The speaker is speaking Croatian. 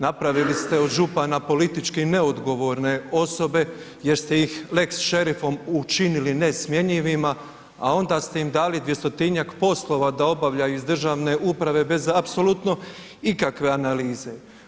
Napravili ste od župana politički neodgovorne osobe jer ste ih „lex šerifom“ učinili nesmjenjivima a onda ste im dali 200-injak poslova da obavljaju iz državne uprave bez apsolutno ikakve analize.